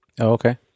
Okay